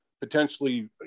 potentially